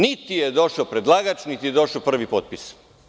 Niti je došao predlagač, niti je došao prvi potpis.